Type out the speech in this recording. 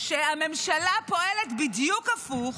שהממשלה פועלת בדיוק הפוך,